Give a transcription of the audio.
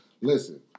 Listen